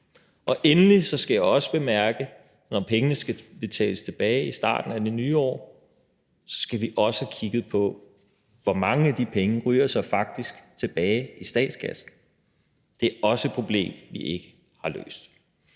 Endelig skal jeg også bemærke, at vi, når pengene skal betales tilbage i starten af det nye år, også skal have kigget på, hvor mange af de penge der faktisk ryger tilbage i statskassen. Det er også et problem, vi ikke har løst.